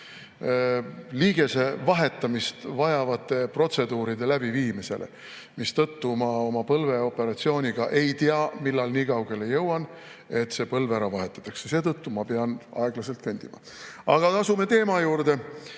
liigesevahetamist vajavate protseduuride läbiviimisele, mistõttu ma oma põlveoperatsiooni kohta ei tea, millal nii kaugele jõuan, et see põlv ära vahetatakse. Seetõttu ma pean aeglaselt kõndima. Aga asume teema juurde.